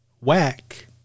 Whack